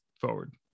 forward